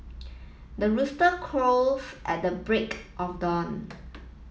the rooster crows at the break of dawn